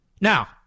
Now